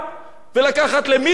ולקחת למירצברג?